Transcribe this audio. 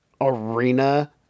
arena